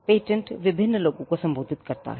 patent विभिन्न लोगों को संबोधित करता है